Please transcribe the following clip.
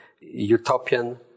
utopian